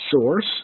source